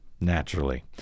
Naturally